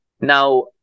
Now